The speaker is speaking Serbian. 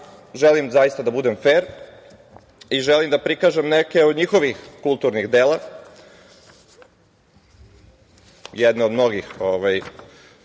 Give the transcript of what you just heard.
zaista da budem fer i želim da prikažem neke od njihovih kulturnih dela, jedna od mnogih… Mislim